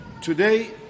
today